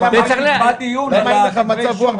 הרב גפני, למה אין לך מצב רוח?